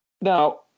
now